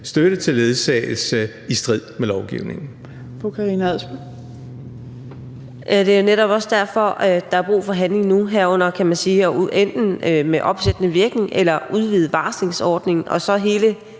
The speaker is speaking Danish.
støtte til ledsagelse i strid med lovgivningen.